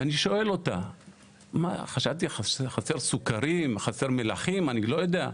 חשבתי שחסר סוכרים, חסר מלחים, אני לא יודע.